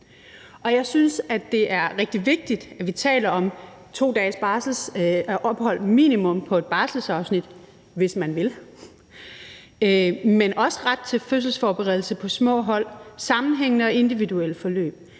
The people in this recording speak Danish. Jeg synes, at det er rigtig vigtigt, at vi taler om minimum 2 dages barselsophold på et barselsafsnit, hvis man vil det, men også om en ret til fødselsforberedelse i små hold, om sammenhængende og individuelle forløb;